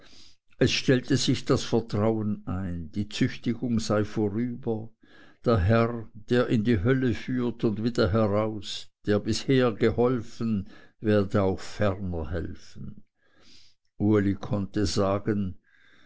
es stellte sich das vertrauen ein die züchtigung sei vorüber der herr der in die hölle führt und wieder heraus der bis hierher geholfen werde auch ferner helfen uli konnte sagen